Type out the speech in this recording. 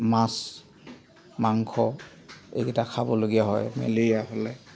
মাছ মাংস এইকেইটা খাবলগীয়া হয় মেলেৰিয়া হ'লে